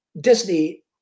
Disney